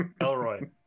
Elroy